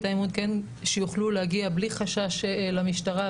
האמון וכן שיוכלו להגיע בלי חשש למשטרה.